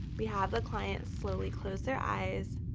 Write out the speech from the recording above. we have the client slowly close their eyes,